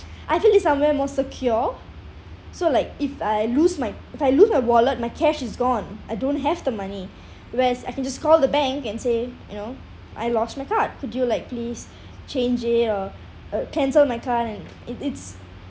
I feel it's somewhere more secure so like if I lose my if I lose my wallet my cash is gone I don't have the money whereas I can just call the bank and say you know I lost my card could you like please change it or uh cancel my card and it it's